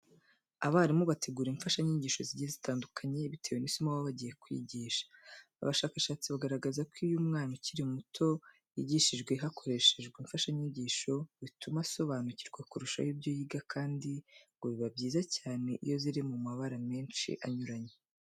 Abarimu bategura imfashanyigisho zigiye zitandukanye bitewe n'isomo baba bagiye kwigisha. Abashakashatsi bagaragaza ko iyo umwana ukiri muto yigishijwe bakoresheje imfashanyigisho, bituma asobanukirwa kurushaho ibyo yiga kandi ngo biba byiza cyane iyo ziri mu mabara menshi anyuranye.